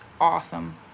awesome